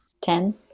Ten